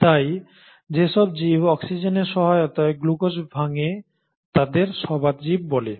তাই যেসব জীব অক্সিজেনের সহায়তায় গ্লুকোজ ভাঙে তাদের সবাত জীব বলে